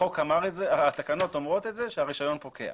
התקנות אומרות שהרישיון פוקע.